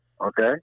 Okay